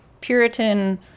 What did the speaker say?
Puritan